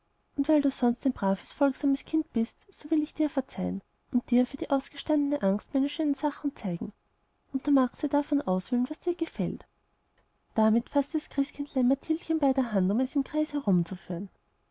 und weil du sonst ein braves folgsames kind bist so will ich dir verzeihen und dir für die ausgestandene angst meine schönen sachen zeigen und du magst dir davon auswählen was dir gefällt damit faßte das christkindlein mathildchen bei der hand um es im kreis herumzuführen